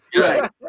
Right